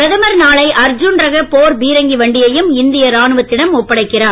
பிரதமர் நாளை அர்ஜுன் ரக போர் பீரங்கி வண்டியையும் இந்திய ராணுவத்திடம் ஒப்படைக்கிறார்